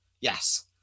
Yes